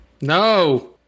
No